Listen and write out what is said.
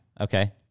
okay